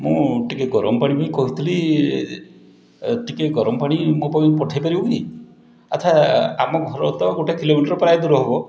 ମୁଁ ଟିକିଏ ଗରମ ପାଣି ପାଇଁ କହୁଥିଲି ଟିକେ ଗରମ ପାଣି ମୋ ପାଇଁ ପଠେଇ ପାରିବୁ କି ଆଚ୍ଛା ଆମ ଘର ତ ଗୋଟେ କିଲୋମିଟର ପ୍ରାୟ ଦୂର ହବ